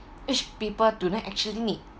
if people don't actually need